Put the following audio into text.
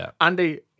Andy